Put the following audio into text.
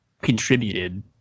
contributed